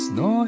no